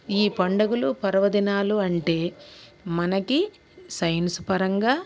ఈ పండగలు పర్వదినాలు అంటే మనకి సైన్స్ పరంగా